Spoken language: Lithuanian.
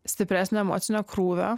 stipresnio emocinio krūvio